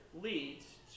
leads